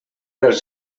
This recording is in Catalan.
dels